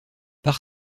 par